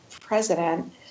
president